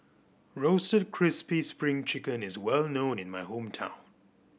Roasted Crispy Spring Chicken is well known in my hometown